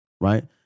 right